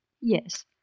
Yes